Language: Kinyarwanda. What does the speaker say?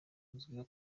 uzwiho